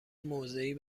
موضعی